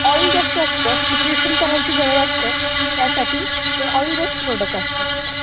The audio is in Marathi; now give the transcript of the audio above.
ऑइल जास्त असतं सिक्रेशन करायची गरज असते त्यासाठी ते ऑइल बेस प्रोडक्ट असतात